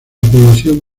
población